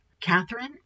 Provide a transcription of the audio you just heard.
Catherine